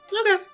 Okay